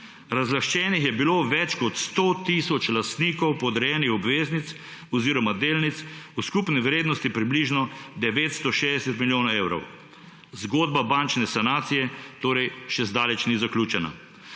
Razlaščenih je bilo več kot 100 tisoč lastnikov podrejenih obveznic oziroma delnic v skupni vrednosti približno 960 milijonov evrov. Zgodba bančne sanacije torej še zdaleč ni zaključena.